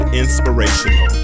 inspirational